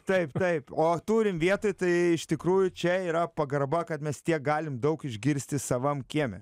taip taip o turim vietoj tai iš tikrųjų čia yra pagarba kad mes tiek galime daug išgirsti savam kieme